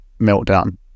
meltdown